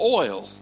oil